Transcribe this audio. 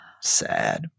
sad